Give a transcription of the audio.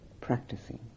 practicing